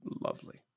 lovely